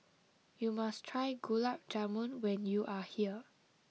you must try Gulab Jamun when you are here